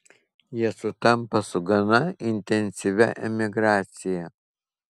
jie sutampa su gana intensyvia emigracija